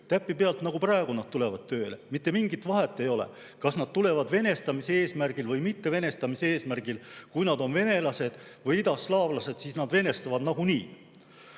täpipealt nagu praegu nad tulevad siia tööle. Mitte mingit vahet ei ole, kas nad tulevad venestamise eesmärgil või mitte venestamise eesmärgil, kui nad on venelased või idaslaavlased, siis nad venestavad nagunii.